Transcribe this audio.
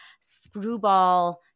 screwball